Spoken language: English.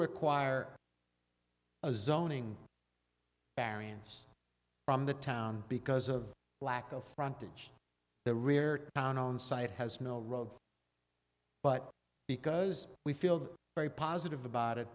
require a zoning arians from the town because of lack of frontage the rear town on site has no road but because we feel very positive about it